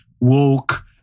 woke